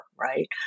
right